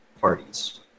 parties